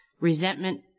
Resentment